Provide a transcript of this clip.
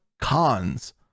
cons